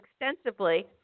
extensively